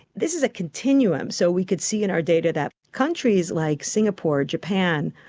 this is a continuum. so we could see in our data that countries like singapore, japan,